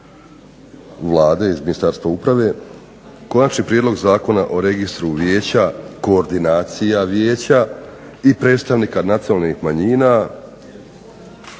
Vlade, iz Ministarstva uprave. Konačni prijedlog Zakona o registru vijeća, koordinacija vijeća i predstavnika nacionalnih manjina